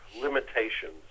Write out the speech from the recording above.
limitations